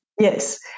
Yes